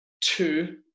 Two